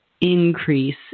increase